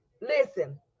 listen